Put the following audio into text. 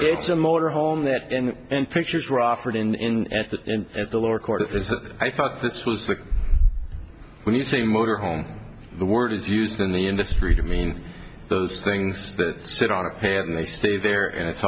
it's a motor home that in and pictures were offered in at the at the lower court that i thought this was the when you say motor home the word is used in the industry to mean those things that sit on it and they stay there and it's